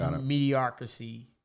mediocrity